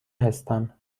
هستم